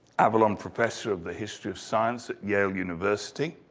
avalon professor of the history of science at yale university